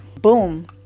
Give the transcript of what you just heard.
boom